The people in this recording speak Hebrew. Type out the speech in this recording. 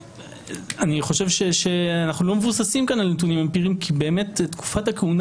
אני חושב שאנחנו לא מבוססים כאן על נתונים אמפיריים כי באמת תקופת הכהונה